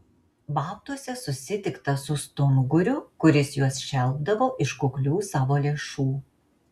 babtuose susitikta su stunguriu kuris juos šelpdavo iš kuklių savo lėšų